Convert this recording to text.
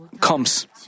comes